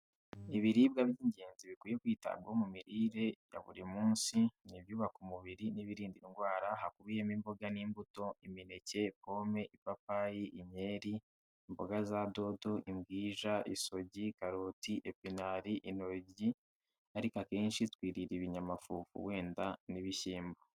Ibiribwa by'ingenzi bikwiye kwitabwaho mu mirire ya buri munsi ni ibyubaka umubiri n'ibirinda indwara, hakubiyemo imboga n'imbuto: imineke, pome, ipapayi, inkeri, imboga za dodo, imbwija, isogi, karoti, epinari, intoryi; ariko akenshi twirira ibinyamafufu wenda n'ibishyimbo.